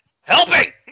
helping